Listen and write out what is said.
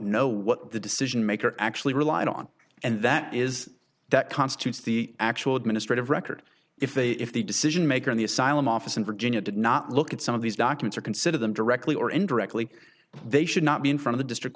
know what the decision maker actually relied on and that is that constitutes the actual administrative record if they if the decision maker in the asylum office in virginia did not look at some of these documents or consider them directly or indirectly they should not be in from the district